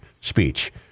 speech